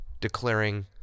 declaring